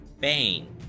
Bane